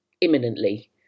imminently